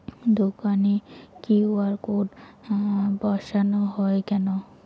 দোকানে QR code বসানো হয় কেন?